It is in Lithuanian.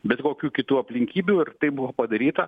bet kokių kitų aplinkybių ir tai buvo padaryta